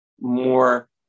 more